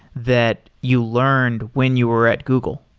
that you learned when you were at google?